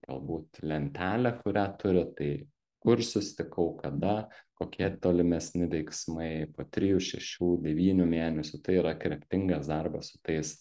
galbūt lentelę kurią turit tai kur susitikau kada kokie tolimesni veiksmai po trijų šešių devynių mėnesių tai yra kryptingas darbas su tais